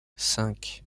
cinq